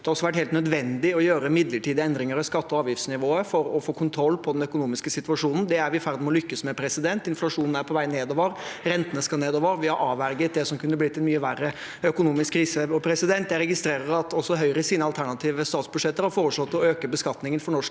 Det har også vært helt nødvendig å gjøre midlertidige endringer i skatte- og avgiftsnivået for å få kontroll på den økonomiske situasjonen. Det er vi i ferd med å lykkes med. Inflasjonen er på vei nedover, rentene skal nedover. Vi har avverget det som kunne blitt en mye verre økonomisk krise. Jeg registrerer at også Høyre i sine alternative statsbudsjetter har foreslått å øke beskatningen for norsk